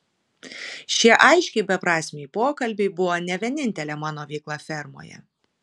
šie aiškiai beprasmiai pokalbiai buvo ne vienintelė mano veikla fermoje